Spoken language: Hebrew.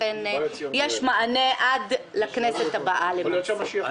לכן יש מענה עד לכנסת הבאה למעשה.